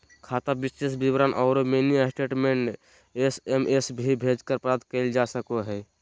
खाता शेष विवरण औरो मिनी स्टेटमेंट एस.एम.एस भी भेजकर प्राप्त कइल जा सको हइ